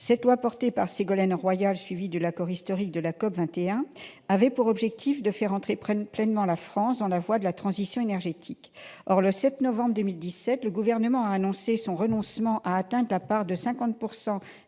Cette loi, portée par Ségolène Royal, suivie de l'accord historique de la COP21, avait pour objectif de faire entrer pleinement la France dans la voie de la transition énergétique. Or, le 7 novembre 2017, le Gouvernement a annoncé son renoncement à atteindre la part de 50